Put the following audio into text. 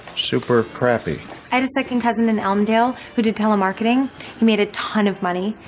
super crappy had a second cousin in allendale who did telemarketing he made a ton of money.